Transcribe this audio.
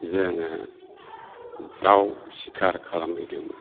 जोङो दाउ सिखार खालामहैदोंमोन